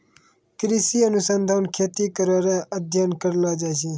कृषि अनुसंधान खेती करै रो अध्ययन करलो जाय छै